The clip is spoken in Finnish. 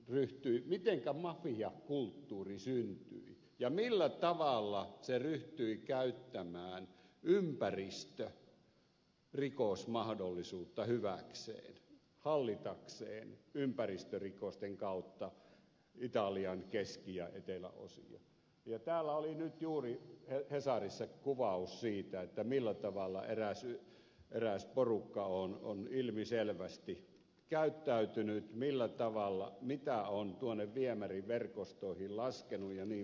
sitä mitenkä mafiakulttuuri syntyi ja millä tavalla se ryhtyi käyttämään ympäristörikosmahdollisuutta hyväkseen hallitakseen ympäristörikosten kautta italian keski ja eteläosia ja täällä oli nyt juuri hesarissa kuvaus siitä millä tavalla eräs porukka on ilmiselvästi käyttäytynyt mitä on viemäriverkostoihin laskenut jnp